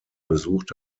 besucht